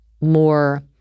more